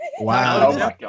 Wow